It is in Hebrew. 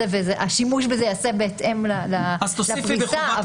תמשיכו בפיילוט.